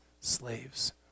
slaves